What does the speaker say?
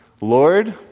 Lord